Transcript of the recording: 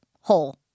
whole